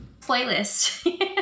playlist